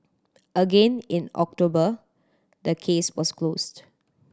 again in October the case was closed